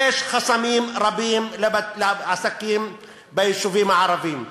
יש חסמים רבים לעסקים ביישובים הערביים.